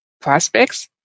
Prospects